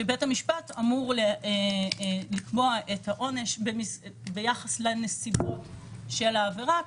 שבית המשפט אמור לקבוע את העונש ביחס לנסיבות של העבירה,